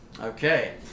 Okay